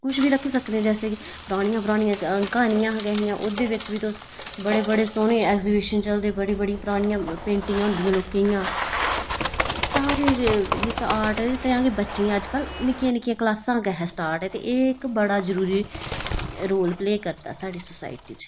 कुछ बी रक्खी सकने परानियां परानियां क्हानियां गै हियां ओह्दे बिच्च तुस बड़े बड़े सोह्ने ऐगजिविशन चलदे बड़ी बड़ी परानियां पेंटिंगां होंदियां लोकें दियां ते साकरे जेह्का आर्ट आ अज्ज कल बच्चें गी निक्की निक्की क्लासें शा स्टार्ट ऐ ते एह् इक बड़ा रोल प्ले करदा साढ़ी सोसाइटी च